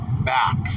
back